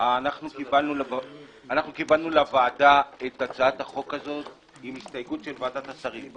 קיבלנו לוועדה את הצעת החוק הזו עם הסתייגות של ועדת השרים.